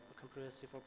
comprehensive